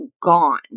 gone